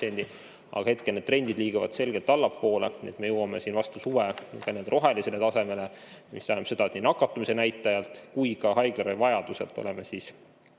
Aga hetkel need trendid liiguvad selgelt allapoole. Nii et me jõuame siin vastu suve rohelisele tasemele, mis tähendab seda, et nii nakatumise näitajalt kui ka haiglaravi vajaduselt oleme